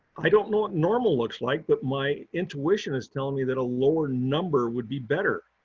i don't know what normal looks like, but my intuition is telling me that a lower number would be better,